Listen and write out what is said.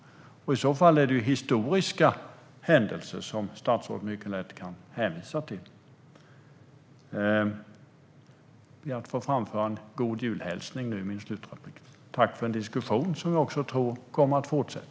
Det utgår jag från. I så fall är det historiska händelser som statsrådet mycket lätt kan hänvisa till. Jag ber att få framföra en god-jul-hälsning nu i mitt slutanförande. Tack för en diskussion som vi också tror kommer att fortsätta!